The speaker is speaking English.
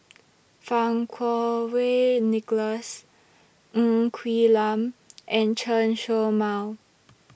Fang Kuo Wei Nicholas Ng Quee Lam and Chen Show Mao